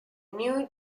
new